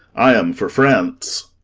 i am for france.